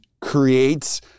creates